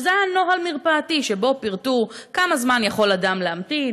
שזה נוהל מרפאתי שבו פירטו כמה זמן יכול אדם להמתין,